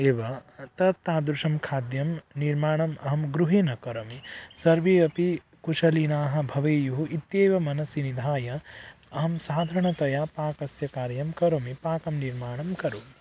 एवं तत् तादृशं खाद्यं निर्माणम् अहं गृहे न करोमि सर्वे अपि कुशलिनः भवेयुः इत्येव मनसि निधाय अहं साधारणतया पाकस्य कार्यं करोमि पाकं निर्माणं करोमि